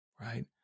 right